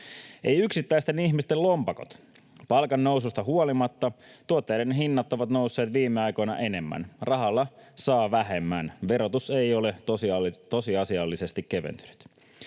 Eivät yksittäisten ihmisten lompakot: Palkannoususta huolimatta tuotteiden hinnat ovat nousseet viime aikoina enemmän. Rahalla saa vähemmän. Verotus ei ole tosiasiallisesti keventynyt.